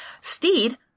Steed